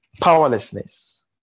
powerlessness